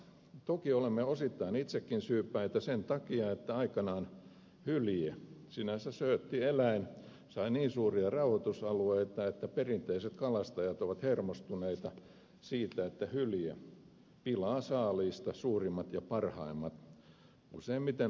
toki olemme osittain itsekin syypäitä sen takia että aikanaan hylje sinänsä söötti eläin sai niin suuria rauhoitusalueita että perinteiset kalastajat ovat hermostuneita siitä että hylje pilaa saaliista suurimmat ja parhaimmat useimmiten lohikalat